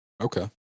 okay